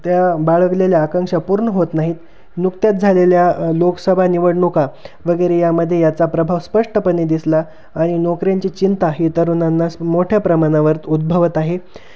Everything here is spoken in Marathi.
त्या बाळगलेल्या आकांक्षा पूर्ण होत नाहीत नुकत्याच झालेल्या लोकसभा निवडणुका वगैरे यामध्येे याचा प्रभाव स्पष्टपणे दिसला आणि नोकऱ्यांची चिंता ही तरुणांनाच मोठ्या प्रमानावरती उद्भवत आहे